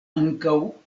ankaŭ